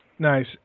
Nice